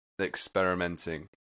experimenting